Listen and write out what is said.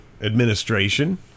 administration